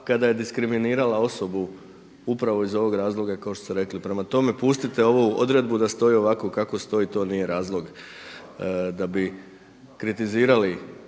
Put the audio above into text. kada je diskriminirala osobu upravo iz ovog razloga kao što ste rekli. Prema tome, pustite ovu odredbu da stoji ovako kako stoji to nije razlog da bi kritizirali